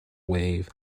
wave